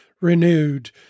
renewed